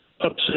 upset